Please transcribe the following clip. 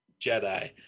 Jedi